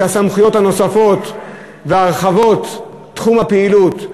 של הסמכויות הנוספות והרחבת תחומי הפעילות,